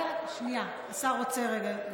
השר רוצה רגע.